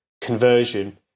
conversion